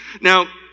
Now